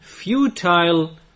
futile